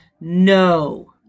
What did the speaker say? No